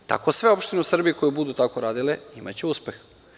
Tako sve opštine u Srbiji koje budu tako radile imaće uspeh.